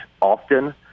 often